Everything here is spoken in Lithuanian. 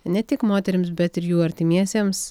ne tik moterims bet ir jų artimiesiems